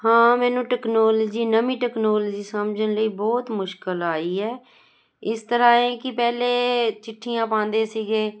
ਹਾਂ ਮੈਨੂੰ ਟੈਕਨੋਲਜੀ ਨਵੀਂ ਟੈਕਨੋਲਜੀ ਸਮਝਣ ਲਈ ਬਹੁਤ ਮੁਸ਼ਕਲ ਆਈ ਹੈ ਇਸ ਤਰ੍ਹਾਂ ਹੈ ਕਿ ਪਹਿਲੇ ਚਿੱਠੀਆਂ ਪਾਉਂਦੇ ਸੀਗੇ